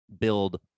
build